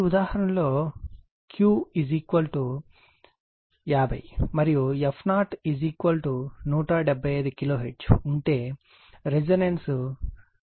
ఈ ఉదాహరణలో Q 50 మరియు f0 175 కిలో హెర్ట్జ్ ఉంటే రెసోనెన్స్ కోసం L విలువను కనుగొనండి